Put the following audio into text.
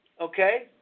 okay